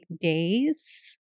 days